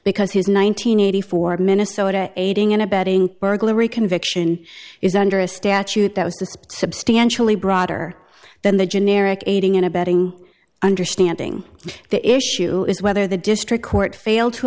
hundred eighty four minnesota aiding and abetting burglary conviction is under a statute that was to substantially broader than the generic aiding and abetting understanding the issue is whether the district court failed to